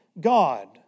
God